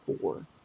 four